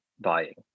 buying